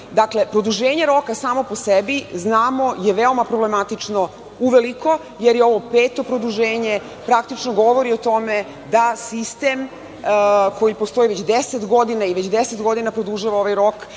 zakona. Produženje roka samo po sebi veoma je problematično uveliko, jer je ovo peto produženje. Praktično govori o tome da sistem koji postoji već deset godina i već deset godina produžava ovaj rok,